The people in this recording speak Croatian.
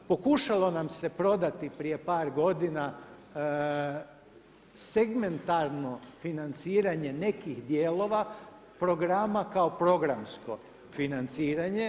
Pokušalo nam se prodati prije par godina segmentarno financiranje nekih dijelova programa kao programsko financiranje.